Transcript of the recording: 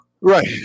Right